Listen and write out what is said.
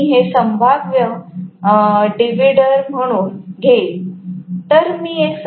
तर मी हे संभाव्य डिव्हिडर म्हणून घेईन